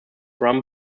rum